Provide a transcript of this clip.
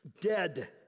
dead